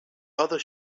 other